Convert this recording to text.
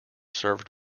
served